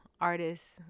artists